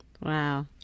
Wow